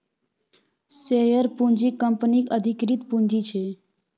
share पूँजी कंपनीक अधिकृत पुंजी छै